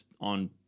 on